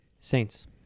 Saints